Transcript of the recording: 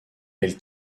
elle